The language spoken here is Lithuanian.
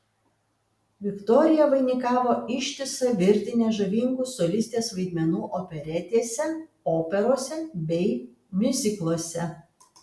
viktorija vainikavo ištisą virtinę žavingų solistės vaidmenų operetėse operose bei miuzikluose